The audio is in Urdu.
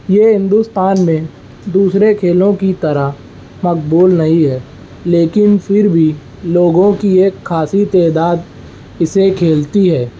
یہ ہندوستان میں دوسرے کھیلوں کی طرح مقبول نہیں ہے لیکن پھر بھی لوگوں کی ایک خاصی تعداد اسے کھیلتی ہے